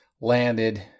landed